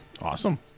Awesome